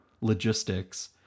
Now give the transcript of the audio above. logistics